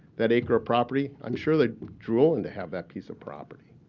that acre of property. i'm sure they're drooling to have that piece of property.